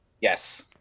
yes